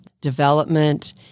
development